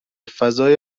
فضای